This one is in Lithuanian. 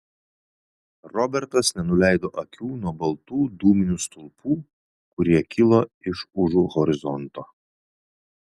robertas nenuleido akių nuo baltų dūminių stulpų kurie kilo iš užu horizonto